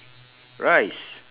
rice